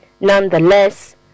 Nonetheless